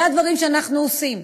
אלה הדברים שאנחנו עושים.